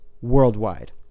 worldwide